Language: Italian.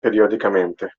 periodicamente